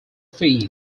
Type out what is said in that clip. fees